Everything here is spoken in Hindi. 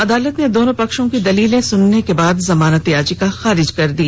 अदालत ने दोनों पक्षों की दलीलें सुनने के बाद जमानत याचिका खारिज कर दी